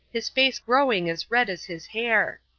his face growing as red as his hair.